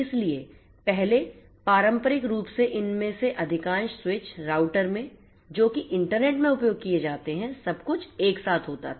इसलिए पहले पारंपरिक रूप से इनमें से अधिकांश स्विच राउटर में जोकि इंटरनेट में उपयोग किए जाते हैं सब कुछ एक साथ होता था